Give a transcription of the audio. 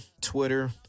Twitter